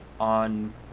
on